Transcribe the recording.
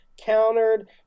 countered